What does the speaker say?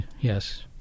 Yes